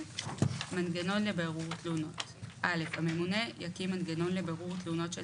מנגנון לבירור תלונות 2ל. הממונה יקים מנגנון לבירור תלונות של